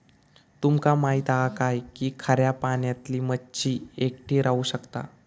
तुमका माहित हा काय की खाऱ्या पाण्यातली मच्छी एकटी राहू शकता